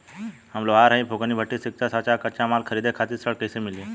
हम लोहार हईं फूंकनी भट्ठी सिंकचा सांचा आ कच्चा माल खरीदे खातिर ऋण कइसे मिली?